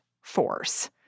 force